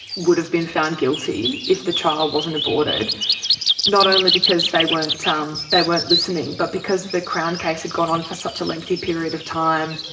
would have been found guilty if the trial wasn't aborted not only because they weren't ah um they weren't listening, but because the crown case had gone on for such a lengthy period of time.